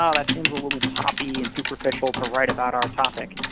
ah that seems a little poppy and superficial to write about our topic.